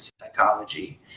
psychology